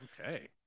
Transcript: Okay